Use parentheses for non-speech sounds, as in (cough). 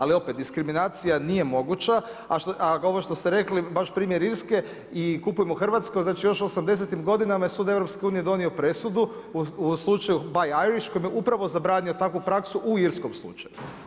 Ali opet, diskriminacija nije moguća, a ovo što ste rekli baš primjer Irske i kupujmo hrvatsko, znači još u osamdesetim godinama je sud EU donio presudu u slučaju … (unintelligible) kojem je upravo zabranio takvu praksu u irskom slučaju.